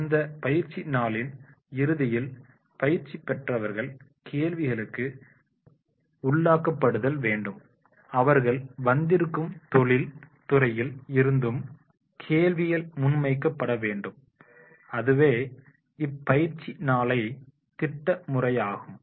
அந்த பயிற்சி நாளின் இறுதியில் பயிற்சி பெற்றவர்கள் கேள்விகளுக்கு உள்ளாக்கப் படுதல் வேண்டும் அவர்கள் வந்திருக்கும் தொழில் துறையில் இருந்தும் கேள்விகள் முன்வைக்கப்பட வேண்டும் அதுவே இப்பயிற்சி நாளை திட்ட முறையாகும்